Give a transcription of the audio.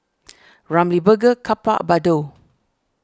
Ramly Burger Kappa Bardot